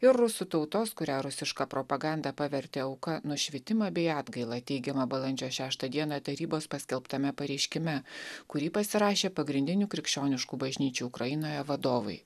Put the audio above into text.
ir rusų tautos kurią rusiška propaganda pavertė auka nušvitimą bei atgailą teigiama balandžio šeštą dieną tarybos paskelbtame pareiškime kurį pasirašė pagrindinių krikščioniškų bažnyčių ukrainoje vadovai